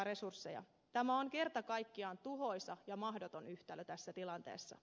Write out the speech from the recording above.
tämä on kerta kaikkiaan tuhoisa ja mahdoton yhtälö tässä tilanteessa